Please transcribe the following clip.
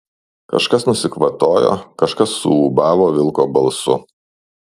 kažkas nusikvatojo kažkas suūbavo vilko balsu